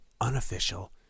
unofficial